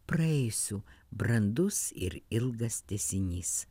praėjusių brandus ir ilgas tęsinys